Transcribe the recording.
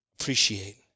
Appreciate